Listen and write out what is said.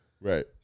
right